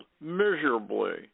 miserably